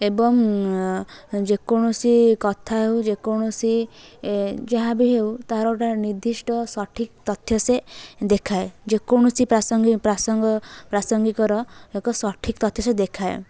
ଏବଂ ଯେକୌଣସି କଥା ହେଉ ଯେକୌଣସି ଯାହା ବି ହେଉ ତାହାର ଗୋଟାଏ ନିର୍ଦ୍ଧିଷ୍ଟ ସଠିକ୍ ତଥ୍ୟ ସେ ଦେଖାଏ ଯେକୌଣସି ପ୍ରାସଙ୍ଗିକର ଏକ ସଠିକ ତଥ୍ୟ ସେ ଦେଖାଏ